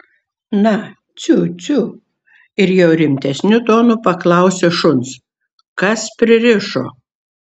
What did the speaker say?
na ciu ciu ir jau rimtesniu tonu paklausė šuns kas pririšo